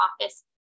office